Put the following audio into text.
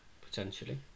Potentially